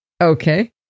Okay